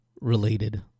related